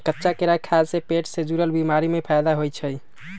कच्चा केरा खाय से पेट से जुरल बीमारी में फायदा होई छई